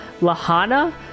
Lahana